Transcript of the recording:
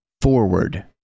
Forward